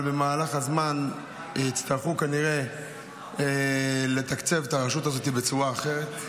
אבל במהלך הזמן יצטרכו כנראה לתקצב את הרשות הזאת בצורה אחרת,